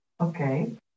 Okay